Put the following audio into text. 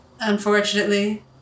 unfortunately